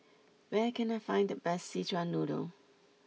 where can I find the best Szechuan Noodle